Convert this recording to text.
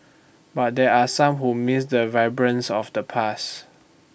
but there are some who miss the vibrance of the past